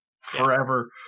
forever